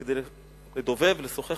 כדי לדובב, לשוחח.